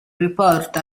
riporta